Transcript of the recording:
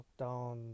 lockdown